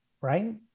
right